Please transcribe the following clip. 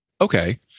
Okay